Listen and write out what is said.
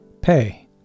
Pay